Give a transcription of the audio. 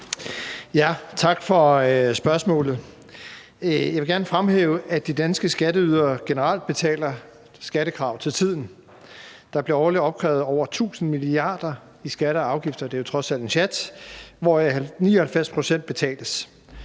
Tak for spørgsmålet. Jeg vil gerne fremhæve, at de danske skatteydere generelt betaler skattekrav til tiden. Der bliver årligt opkrævet over tusind milliarder kroner i skatter og afgifter – det er